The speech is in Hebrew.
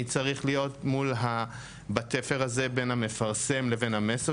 אני צריך להיות בתפר הזה בין המפרסם לבין המסר